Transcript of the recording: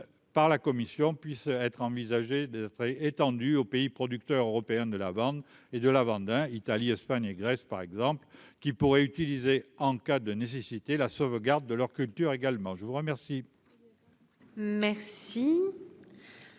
par la Commission puisse être envisagé de très étendu aux pays producteurs européens de la bande et de la vente d'un, Italie, Espagne et Grèce, par exemple, qui pourrait utiliser en cas de nécessité la sauvegarde de leur culture également, je vous remercie. Merci.